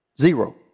zero